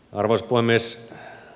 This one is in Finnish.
arvoisa puhemies